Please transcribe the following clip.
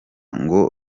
ngo